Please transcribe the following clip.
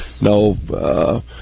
no